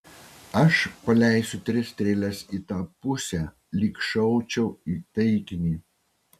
aš paleisiu tris strėles į tą pusę lyg šaučiau į taikinį